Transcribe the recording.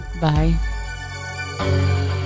Bye